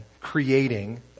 creating